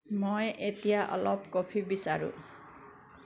মই এতিয়া অলপ কফি বিচাৰোঁ